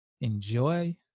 enjoy